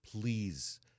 Please